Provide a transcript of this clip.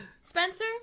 Spencer